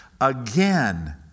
again